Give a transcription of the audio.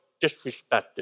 disrespected